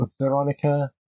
Veronica